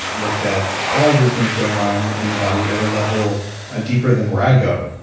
looked at all of these things going on in the body at a level ah deeper than where i go,